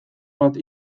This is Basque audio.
bat